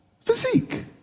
physique